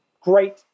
great